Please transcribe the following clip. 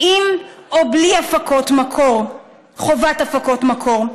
עם או בלי חובת הפקות מקור.